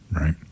right